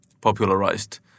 popularized